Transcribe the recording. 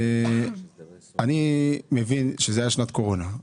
אני מבין שזו הייתה שנת קורונה,